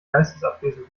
geistesabwesend